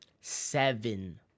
Seven